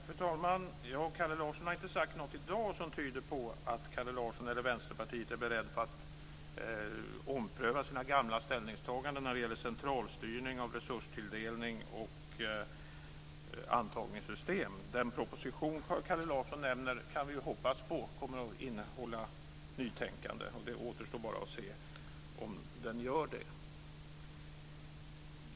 Fru talman! Kalle Larsson har inte sagt något i dag som tyder på att han och Vänsterpartiet är beredda att ompröva sina gamla ställningstaganden vad gäller centralstyrning av resurstilldelning och antagningssystemet. Den proposition som Kalle Larsson nämner kan vi hoppas på kommer att innehålla nytänkande. Det återstår bara att se om den gör det.